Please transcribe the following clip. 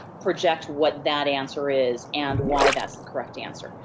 project what that answer is and why that's the correct answer.